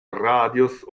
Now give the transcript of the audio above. radius